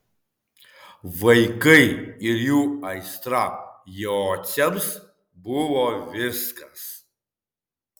vaikai ir jų aistra jociams buvo viskas